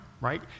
right